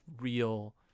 real